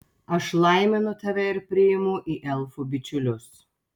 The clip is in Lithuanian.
aš laiminu tave ir priimu į elfų bičiulius